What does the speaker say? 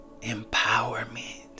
empowerment